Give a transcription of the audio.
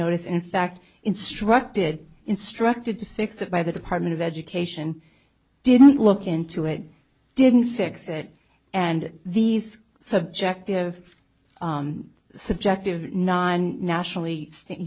notice in fact instructed instructed to fix it by the department of education didn't look into it didn't fix it and these subjective subjective non nationally st